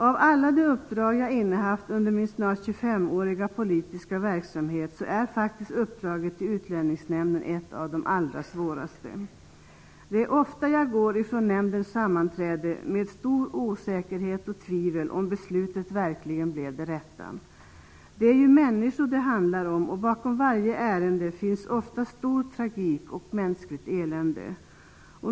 Av alla de uppdrag jag innehaft under min snart 25 åriga politiska verksamhet är uppdraget i Utlänningsnämnden ett av de allra svåraste. Jag går ofta från nämndens sammanträden med stor osäkerhet och tvivel huruvida beslutet verkligen blev det rätta. Det är ju människor det handlar om, och bakom varje ärende finns många gånger stor tragik och mänskligt elände.